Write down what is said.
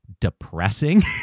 depressing